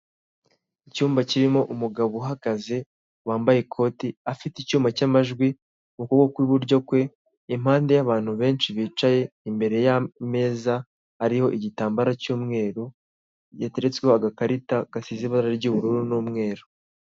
Icyumba kirimo umugabo uhagaze wambaye ikoti afite icyuma cy'amajwi mu kuboko kw'iburyo kwe, impande y'abantu benshi bicaye, imbere y'ameza ariho igitambara cy'umweru yateretswe agakarita gasize ibara ry'ubururu n'umweru.